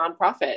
nonprofit